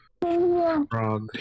Frog